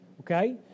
Okay